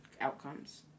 outcomes